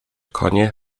konie